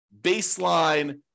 baseline